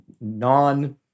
non